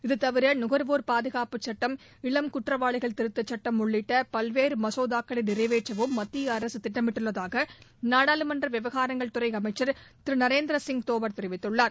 இதுதவிர நுகர்வோர் பாதுகாப்பு சட்டம் இளம் குற்றவாளிகள் திருத்த சட்டம் உள்ளிட்ட பல்வேறு மசோதாக்களை நிறைவேற்றவும் மத்திய அரசு திட்டமிட்டுள்ளதாக நாடாளுமன்ற விவகாரங்கள் துறை திரு நரேந்திரசிங் தோமர் தெரிவித்துள்ளார்